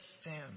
stand